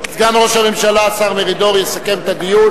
סגן ראש הממשלה השר מרידור יסכם את הדיון.